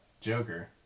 Joker